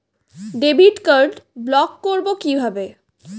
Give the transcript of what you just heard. Debit card block করব কিভাবে?